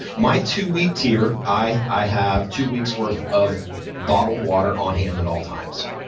my two-week tier, i i have two weeks' worth of bottled water on-hand at all times.